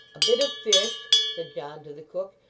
a bit of fish said john to the cook,